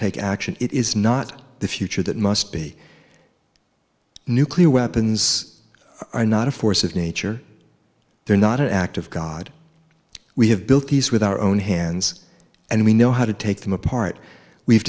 take action it is not the future that must be nuclear weapons are not a force of nature they're not an act of god we have built these with our own hands and we know how to take them apart we've